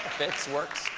fits. works.